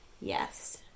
Yes